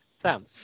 Sam